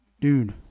dude